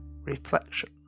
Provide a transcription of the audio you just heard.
reflection